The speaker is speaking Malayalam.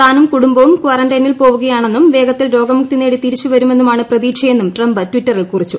താനും കൂടുംബവും കാറന്റൈനിൽ പോവുകയാണെന്നും വേഗത്തിൽ രോഗമുക്തി നേടി തിരിച്ചു വരുമെന്നാണ് പ്രതീക്ഷയെന്നും ട്രംപ് ടിറ്ററിൽ കുറിച്ചു